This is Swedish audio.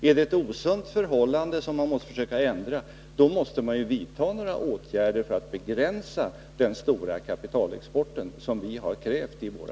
Är det ett osunt förhållande, som man vill försöka ändra, måste man ju vidta några åtgärder för att begränsa den stora kapitalexporten, såsom vi har krävt i våra